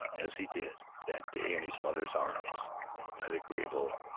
as he did that day in his mother's arms by the graybull,